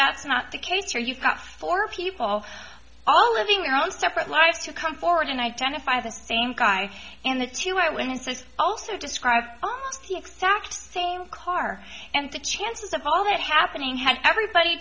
that's not the case here you've got four people all living their own separate lives to come forward and identify the same guy in the two eyewitnesses also describe the exact same car and the chances of all that happening had everybody